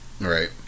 Right